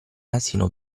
asino